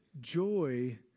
joy